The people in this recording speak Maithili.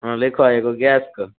हँ लिखहो एगो गैसके